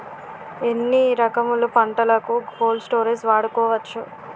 ఎన్ని రకములు పంటలకు కోల్డ్ స్టోరేజ్ వాడుకోవచ్చు?